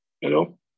Hello